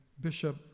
Bishop